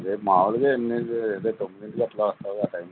రేపు మామూలుగా ఎనిమిది అదే తొమ్మిదింటికి అట్లా వస్తావుగా ఆ టైంకి